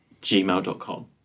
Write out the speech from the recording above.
gmail.com